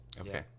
Okay